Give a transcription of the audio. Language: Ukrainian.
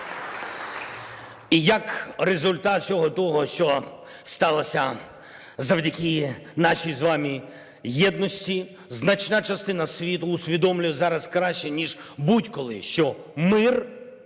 І як результат всього того, що сталося завдяки нашій з вами єдності, значна частина світу усвідомлює зараз краще, ніж будь-коли, що мир